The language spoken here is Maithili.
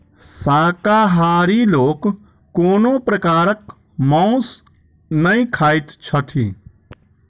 शाकाहारी लोक कोनो प्रकारक मौंस नै खाइत छथि